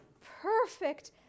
perfect